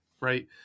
right